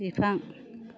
बिफां